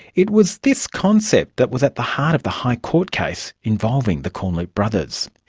it was this concept that was at the heart of the high court case involving the corneloup brothers.